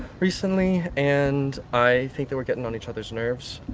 recently. and i think that we're getting on each other's nerves,